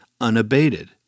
unabated